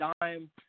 dime